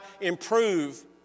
improve